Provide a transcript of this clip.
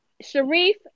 sharif